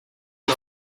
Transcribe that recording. law